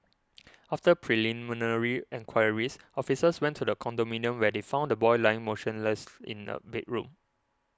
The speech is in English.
after preliminary enquiries officers went to the condominium where they found the boy lying motionless in a bedroom